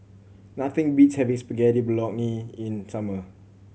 nothing beats having Spaghetti Bolognese in summer